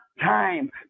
time